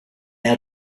are